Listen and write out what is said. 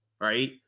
right